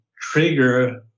trigger